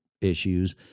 issues